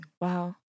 Wow